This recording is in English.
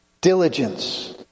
diligence